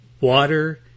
water